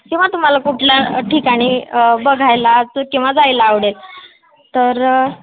किंवा तुम्हाला कुठला ठिकाणी बघायलाच किंवा जायला आवडेल तर